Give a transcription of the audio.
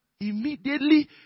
Immediately